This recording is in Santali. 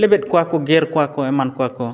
ᱞᱮᱵᱮᱫ ᱠᱚᱣᱟ ᱠᱚ ᱜᱮᱨ ᱠᱚᱣᱟ ᱠᱚ ᱮᱢᱟᱱ ᱠᱚᱣᱟ ᱠᱚ